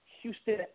Houston